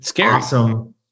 awesome